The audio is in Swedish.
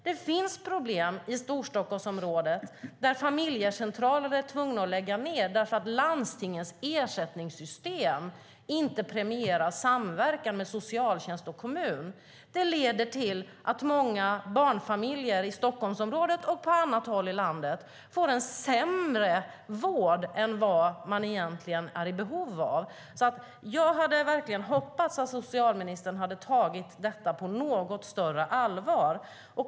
Det finns problem i Storstockholmsområdet, där familjecentraler är tvungna att lägga ned därför att landstingens ersättningssystem inte premierar samverkan med socialtjänst och kommun. Det leder till att många barnfamiljer i Stockholmsområdet, och på annat håll i landet, får en sämre vård än vad man egentligen är i behov av. Jag hade verkligen hoppats att socialministern hade tagit detta på något större allvar.